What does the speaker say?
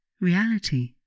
reality